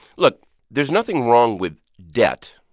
look there's nothing wrong with debt,